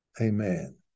Amen